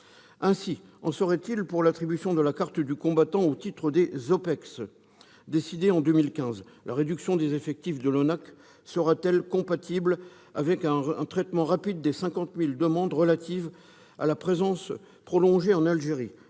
Il en serait ainsi pour l'attribution de la carte du combattant au titre des opérations extérieures, les OPEX, décidée en 2015. La réduction des effectifs de l'ONAC-VG sera-t-elle compatible avec un traitement rapide des 50 000 demandes relatives à la présence prolongée en Algérie ?